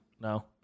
No